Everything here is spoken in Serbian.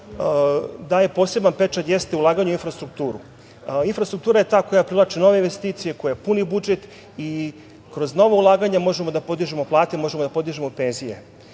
daje poseban pečat jeste ulaganje u infrastrukturu. Infrastruktura je ta koja privlači nove investicije, koja puni budžet i kroz nova ulaganja, možemo da podižemo plate, možemo da podižemo penzije. Svi